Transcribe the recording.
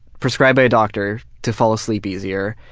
prescribed by a doctor to fall asleep easier,